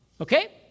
Okay